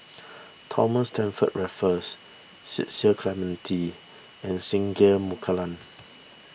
Thomas Stamford Raffles Cecil Clementi and Singai Mukilan